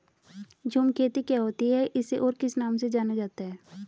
झूम खेती क्या होती है इसे और किस नाम से जाना जाता है?